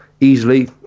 easily